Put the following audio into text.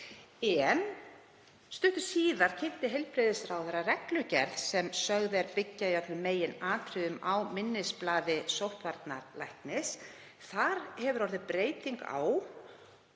En stuttu síðar kynnti heilbrigðisráðherra reglugerð sem sögð er byggja í öllum meginatriðum á minnisblaði sóttvarnalæknis. Þar hefur orðið breyting á